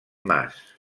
mas